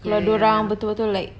kalau dia orang betul-betul like